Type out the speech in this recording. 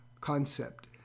concept